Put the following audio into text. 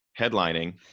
headlining